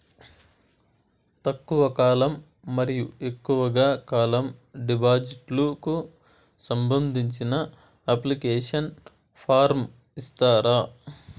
తక్కువ కాలం మరియు ఎక్కువగా కాలం డిపాజిట్లు కు సంబంధించిన అప్లికేషన్ ఫార్మ్ ఇస్తారా?